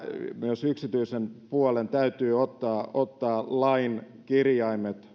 myös yksityisen puolen täytyy ottaa ottaa lain kirjaimet